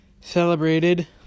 celebrated